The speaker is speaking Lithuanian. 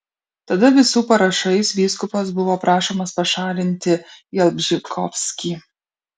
tada visų parašais vyskupas buvo prašomas pašalinti jalbžykovskį